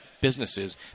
businesses